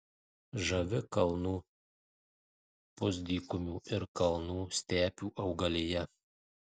žavi kalnų pusdykumių ir kalnų stepių augalija